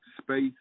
space